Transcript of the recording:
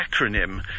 acronym